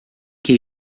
que